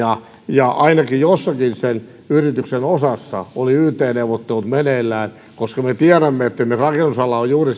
ainakin jossakin sen yrityksen osassa oli yt neuvottelut meneillään me tiedämme että esimerkiksi rakennusala on juuri